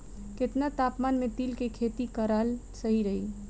केतना तापमान मे तिल के खेती कराल सही रही?